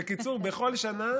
בקיצור, בכל שנה